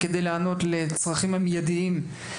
כדי להיענות לצרכי הצהרונים המיידיים.